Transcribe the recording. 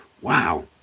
Wow